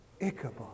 Ichabod